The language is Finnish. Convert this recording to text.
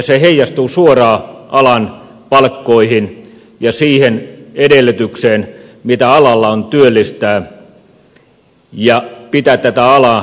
se heijastuu suoraan alan palkkoihin ja siihen edellytykseen mitä alalla on työllistää ja pitää tätä alaa elinvoimaisena